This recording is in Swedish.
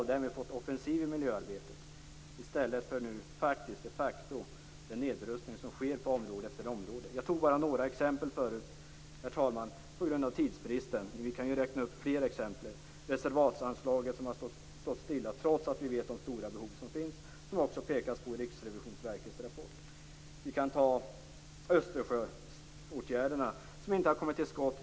Därmed hade vi fått offensiv i miljöarbetet i stället för den nedrustning som nu de facto sker på område efter område. Jag tog bara några exempel förut på grund av tidsbristen, men jag kan räkna upp fler. Reservatsanslagen har stått stilla trots att vi vet om de stora behov som finns, som också påpekats i Riksrevisionsverkets rapport. Vi kan nämna Östersjöåtgärderna, där man inte kommit till skott.